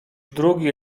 drugi